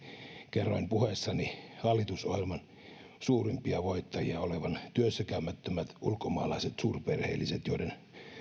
kerroin puheessani hallitusohjelman suurimpia voittajia olevan työssäkäymättömät ulkomaalaiset suurperheelliset joiden